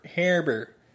Harbor